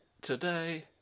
today